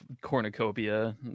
Cornucopia